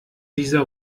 dieser